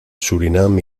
surinam